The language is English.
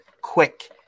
quick